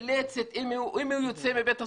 אומרים שהוא יישאר בבית הסוהר.